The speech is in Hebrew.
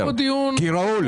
יהיה פה דיון --- בצלאל, שנייה.